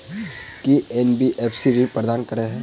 की NBFC ऋण प्रदान करे है?